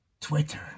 Twitter